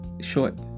short